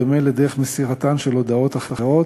בדומה לדרך מסירתן של הודעות אחרות